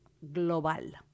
global